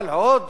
אבל עוד